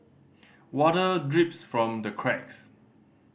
water drips from the cracks